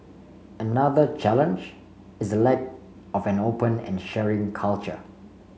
another challenge is the lack of an open and sharing culture